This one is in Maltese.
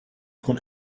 tkun